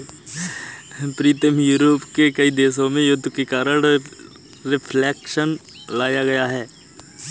प्रीतम Europe के कई देशों में युद्ध के कारण रिफ्लेक्शन लाया गया है